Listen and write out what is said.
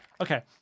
Okay